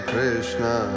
Krishna